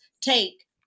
take